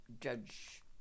judge